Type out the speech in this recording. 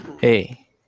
hey